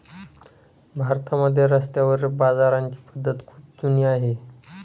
भारतामध्ये रस्त्यावरील बाजाराची पद्धत खूप जुनी आहे